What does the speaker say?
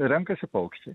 renkasi paukščiai